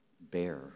bear